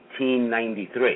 1893